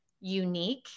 unique